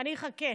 אני אחכה.